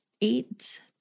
eight